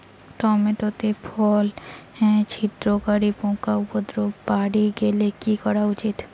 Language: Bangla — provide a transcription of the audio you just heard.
টমেটো তে ফল ছিদ্রকারী পোকা উপদ্রব বাড়ি গেলে কি করা উচিৎ?